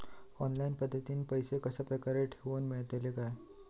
Online पद्धतीन पैसे कश्या प्रकारे ठेऊक मेळतले काय?